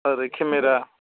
ओरै केमेरा